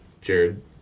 Jared